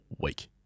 week